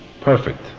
perfect